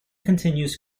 continues